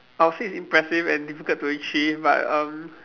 I would say is impressive and difficult to achieve but um